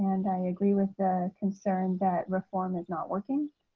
and i agree with the concern that reform is not working.